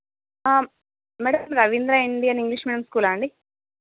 madam Ravindra Indian English medium స్కూలా అండి